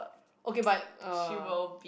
okay but uh